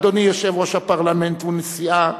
אדוני יושב-ראש הפרלמנט ונשיאו,